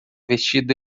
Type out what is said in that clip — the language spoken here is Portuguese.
vestido